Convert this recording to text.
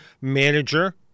manager